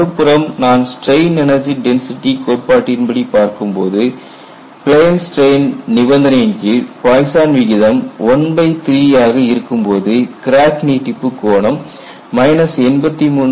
மறுபுறம் நாம் strain energy density கோட்பாட்டின் படி பார்க்கும் போது பிளேன் ஸ்ட்ரெயின் நிபந்தனையின் கீழ் பாய்சன் விகிதம் ⅓ ஆக இருக்கும்போது கிராக் நீட்டிப்பு கோணம் 83